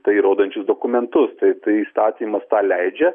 tai įrodančius dokumentus tai tai įstatymas tą leidžia